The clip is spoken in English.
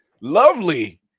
Lovely